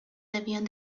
debían